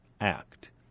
act